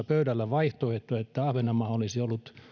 pöydällä myös vaihtoehto että ahvenanmaa olisi ollut